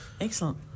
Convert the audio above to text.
Excellent